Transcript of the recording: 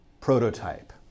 prototype